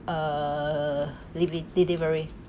uh leave it delivery